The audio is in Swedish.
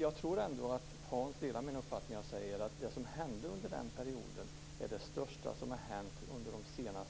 Jag tror att Hans Karlsson delar min uppfattning när jag säger att det som hände under den perioden är det största som har hänt under de senaste